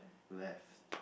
left